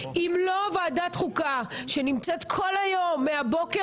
אם לא ועדת החוקה שנמצאת כל היום מהבוקר